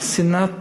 על שנאת